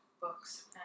books